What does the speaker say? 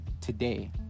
today